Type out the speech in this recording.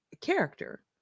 character